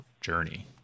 journey